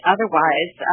Otherwise